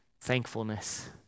thankfulness